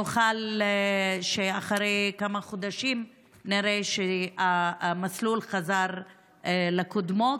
שנוכל לראות אחרי כמה חודשים שהמסלול חזר לקדמותו,